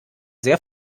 sehr